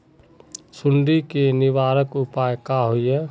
सुंडी के निवारक उपाय का होए?